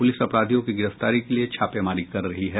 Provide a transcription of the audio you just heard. police अपराधियों की गिरफ्तारी के लिये छापेमारी कर रही है